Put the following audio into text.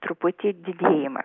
truputį didėjimas